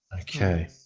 Okay